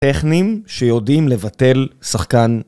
טכנים שיודעים לבטל שחקן.